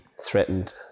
threatened